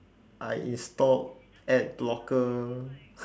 I installed adblocker